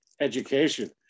education